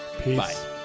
Peace